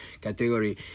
category